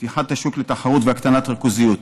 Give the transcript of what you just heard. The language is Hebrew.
פתיחת השוק לתחרות והקטנת הריכוזיות,